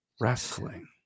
wrestling